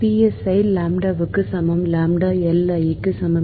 Psi லாம்ப்டாவுக்கு சமம் lambda L i க்கு சமம்